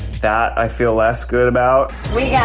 that i feel less good about. we yeah